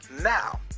now